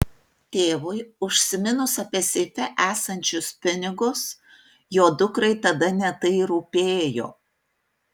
tėvui užsiminus apie seife esančius pinigus jo dukrai tada ne tai rūpėjo